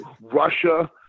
Russia